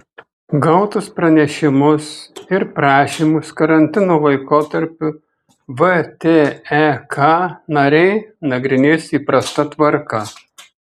gautus pranešimus ir prašymus karantino laikotarpiu vtek nariai nagrinės įprasta tvarka